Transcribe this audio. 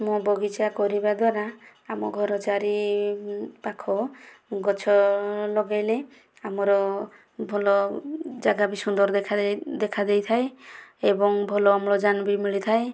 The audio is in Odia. ମୁଁ ବଗିଚା କରିବା ଦ୍ବାରା ଆମ ଘର ଚାରି ପାଖ ଗଛ ଲଗାଇଲେ ଆମର ଭଲ ଜାଗା ବି ସୁନ୍ଦର ଦେଖା ଦେଖା ଦେଇଥାଏ ଏବଂ ଭଲ ଅମ୍ଳଜାନ ବି ମିଳିଥାଏ